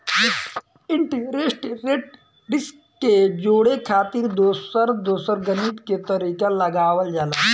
interest rate risk के जोड़े खातिर दोसर दोसर गणित के तरीका लगावल जाला